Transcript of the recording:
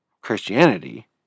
Christianity